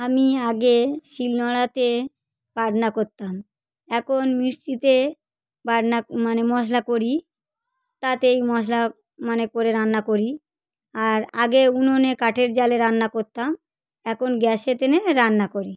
আমি আগে শিলনোড়াতে বাটনা করতাম একন মিক্সিতে বাটনা মানে মশলা করি তাতেই মশলা মানে করে রান্না করি আর আগে উনোনে কাঠের জ্বালে রান্না করতাম এখন গ্যাসে রান্না করি